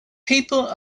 people